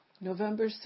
November